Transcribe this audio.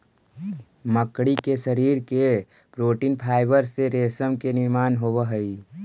मकड़ी के शरीर के प्रोटीन फाइवर से रेशम के निर्माण होवऽ हई